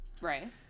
Right